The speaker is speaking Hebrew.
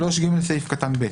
סעיף קטן (ב).